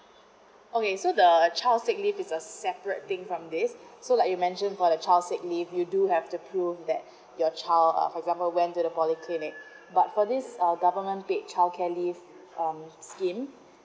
okay so the child's sick leave is a separate thing from these so like you mentioned for the child's sick leave you do have to prove that your child uh for example went to the polyclinic but for this uh government paid childcare leave scheme